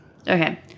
Okay